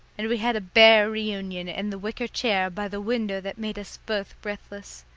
and we had a bear reunion in the wicker chair by the window that made us both breathless.